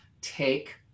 take